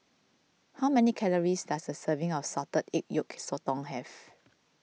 how many calories does a serving of Salted Egg Yolk Sotong have